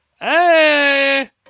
Hey